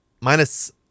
minus